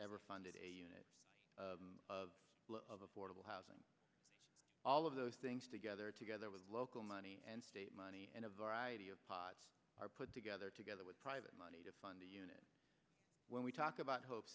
ever funded a unit of of affordable housing all of those things together together with local money and state money and a variety of pots are put together together with private money to fund a unit when we talk about hope